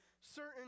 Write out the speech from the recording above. certain